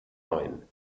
main